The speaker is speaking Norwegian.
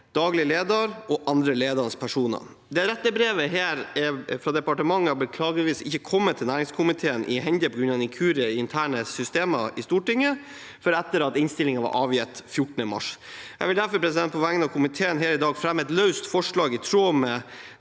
daglig leder og andre ledende personer.» Dette rettebrevet fra departementet har beklageligvis ikke kommet næringskomiteen i hende, på grunn av en inkurie i interne systemer i Stortinget, før etter at innstillingen var avgitt 14. mars. Jeg vil derfor på vegne av komiteen i dag fremme et løst forslag i tråd med